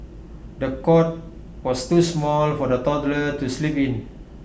the cot was too small for the toddler to sleep in